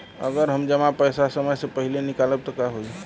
अगर हम जमा पैसा समय से पहिले निकालब त का होई?